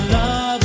Love